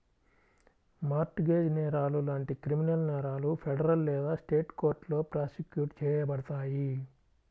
mart gauge నేరాలు లాంటి criminal నేరాలు ఫెడరల్ లేదా స్టేట్ కోర్టులో ప్రాసిక్యూట్ చేయబడతాయి